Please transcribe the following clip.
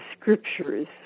scriptures